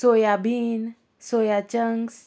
soya bean soya chunks